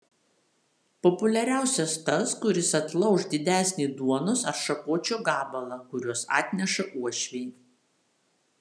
populiariausias tas kuris atlauš didesnį duonos ar šakočio gabalą kuriuos atneša uošviai